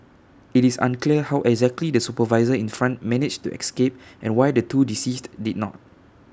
IT is unclear how exactly the supervisor in front managed to escape and why the two deceased did not